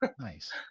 Nice